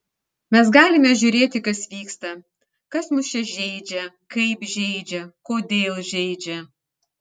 mes galime žiūrėti kas vyksta kas mus čia žeidžia kaip žeidžia kodėl žeidžia